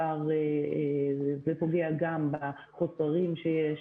זה פוגע גם בחוסרים שיש,